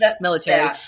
military